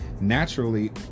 naturally